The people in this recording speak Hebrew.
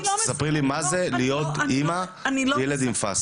תספרי לי מה זה להיות אמא לילד עם פאסד.